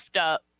up